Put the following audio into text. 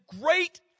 great